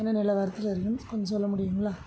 என்ன நிலவரத்தில் இருக்குதுன்னு கொஞ்சம் சொல்ல முடியும்ங்களா